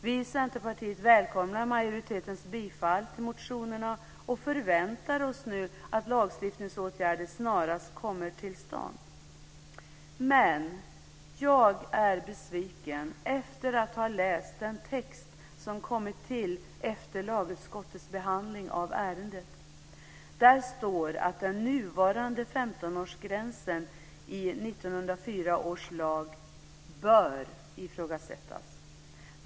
Vi i Centerpartiet välkomnar majoritetens bifall till motionerna och förväntar oss nu att lagstiftningsåtgärder snarast kommer till stånd. Men jag är besviken efter att ha läst den text som kommit till efter lagutskottets behandling av ärendet. Där står att den nuvarande 15-årsgränsen i 1904 års lag bör ifrågasättas.